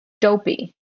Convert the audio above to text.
Dopey